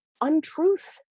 untruth